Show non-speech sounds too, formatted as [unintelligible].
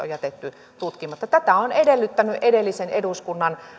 [unintelligible] on jätetty tutkimatta tätä on edellyttänyt edellisen eduskunnan